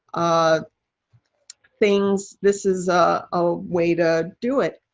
ah things, this is a way to do it.